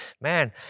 man